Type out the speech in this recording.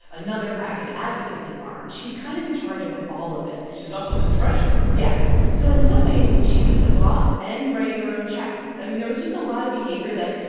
another pac, an advocacy arm. she's kind of in charge of all of it she's also the treasurer, right? yes. so in some ways, she was the boss and writing her own checks. i mean, there was just a lot of behavior that,